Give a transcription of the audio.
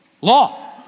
law